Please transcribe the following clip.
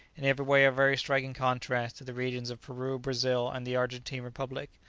in every way a very striking contrast to the regions of peru, brazil, and the argentine republic.